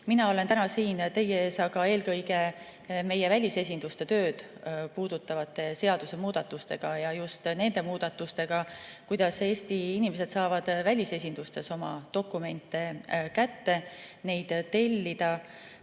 Mina olen täna siin teie ees aga eelkõige meie välisesinduste tööd puudutavate seadusemuudatustega, just nende muudatustega, kuidas Eesti inimesed saavad välisesindustes oma dokumente tellida